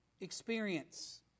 Experience